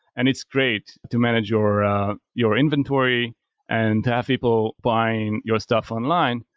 and it's great to manage your your inventory and to have people buying your stuff online.